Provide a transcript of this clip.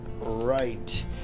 right